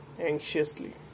Anxiously